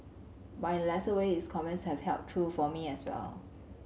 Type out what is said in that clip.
but in a lesser way his comments have held true for me as well